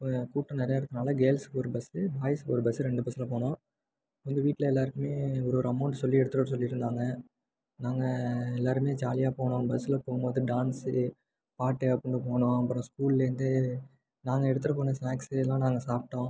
கூட்டம் நிறையா இருக்கறனால கேள்ஸ்க்கு ஒரு பஸ்ஸு பாய்ஸ்க்கு ஒரு பஸ்ஸு ரெண்டு பஸ்ஸில் போனோம் எங்கள் வீட்டில் எல்லோருக்குமே ஒரு ஒரு அமௌண்ட் சொல்லி எடுத்துகிட்டு வர சொல்லியிருந்தாங்க நாங்கள் எல்லோருமே ஜாலியாக போனோம் பஸ்ஸில் போகும் போது டான்ஸ்ஸு பாட்டு அப்படின்ட்டு போனோம் அப்புறம் ஸ்கூல்லேருந்து நாங்கள் எடுத்துகிட்டு போன ஸ்நாக்ஸ்ஸு இதெலாம் நாங்கள் சாப்பிட்டோம்